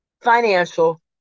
financial